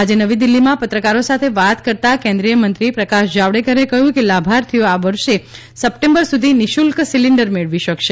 આજે નવી દિલ્હીમાં પત્રકારો સાથે વાત કરતા કેન્દ્રીય મંત્રી પ્રકાશ જાવડેકરે કહ્યું કે લાભાર્થીઓ આ વર્ષે સપ્ટેમ્બર સુધી નિ શુલ્ક સિલિન્ડર મેળવી શકશે